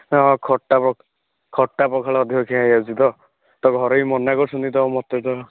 ହଁ ଖଟା ଖଟା ପଖାଳ ଅଧିକ ଖିଆହୋଇଯାଉଛି ତ ତ ଘରେ ବି ମନା କରୁଛନ୍ତି ତ ମୋତେ ତ